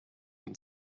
and